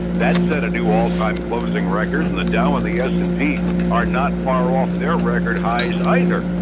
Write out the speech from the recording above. that set a new all-time closing record, and the dow and the s and p are not far off their record highs either.